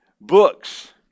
Books